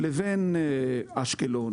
לבין אשקלון,